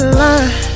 line